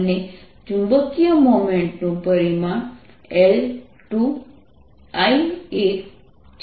અને ચુંબકીય મોમેન્ટ નું પરિમાણ L2I1 છે